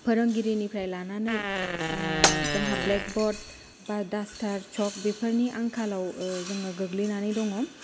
फोरोंगिरिनिफ्राय लानानै जोंहा ब्लेक ब'र्ड बा डासटार चोक बेफोरनि आंखालाव जोङो गोग्लैनानै दङ